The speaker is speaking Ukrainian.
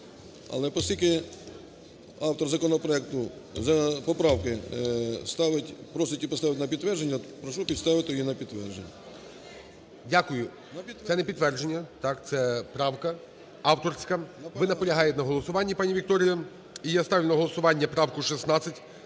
Але оскільки автор законопроекту… поправки ставить, просить її поставити на підтвердження, прошу поставити її на підтвердження. ГОЛОВУЮЧИЙ. Дякую. Це не підтвердження. Так, це правка авторська. Ви наполягаєте на голосуванні, пані Вікторія. І я ставлю на голосування правку 16